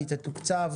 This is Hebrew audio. היא תתוקצב,